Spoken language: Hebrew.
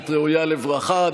היא בהחלט ראויה לברכה.